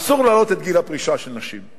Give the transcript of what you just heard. אסור להעלות את גיל הפרישה של נשים,